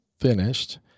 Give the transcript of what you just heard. finished